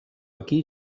aquí